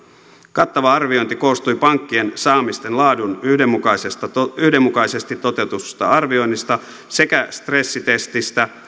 kattava arviointi koostui pankkien saamisten laadun yhdenmukaisesti yhdenmukaisesti toteutetusta arvioinnista sekä stressitestistä